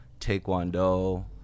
taekwondo